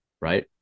right